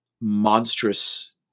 monstrous